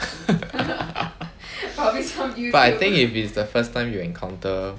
but I think if it is the first time you encounter